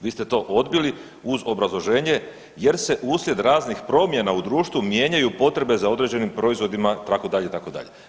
Vi ste to odbili uz obrazloženje jer se uslijed raznih promjena u društvu mijenjaju potrebe za određenim proizvodima, itd., itd.